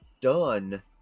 done